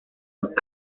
los